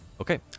Okay